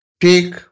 take